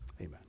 Amen